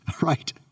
right